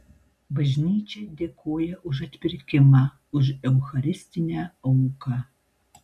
bažnyčia dėkoja už atpirkimą už eucharistinę auką